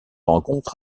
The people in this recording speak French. rencontre